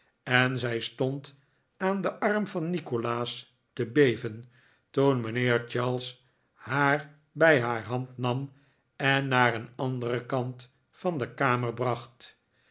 en zij stond aan den arm van nikolaas te beven toen mijnheer charles haar bij haar hand nam en naar een anderen kant van de kamer bracht